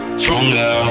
stronger